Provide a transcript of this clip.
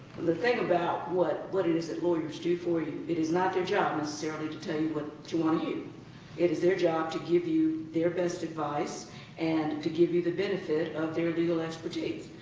the thing about what what it is that lawyers do for you, it is not their job necessarily to tell you what to um hear. it is their job to give you their best advice and to give you the benefit of their legal expertise.